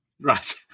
Right